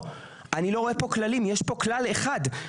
יש פה כלל אחד: